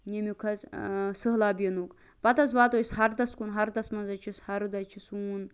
ییٚمکۍ حظ سہلاب یِنُک پتہٕ حظ واتو أسۍ ہردَس کُن ہردَس مَنٛز حظ چھُ یُس ہرد حظ چھُ سون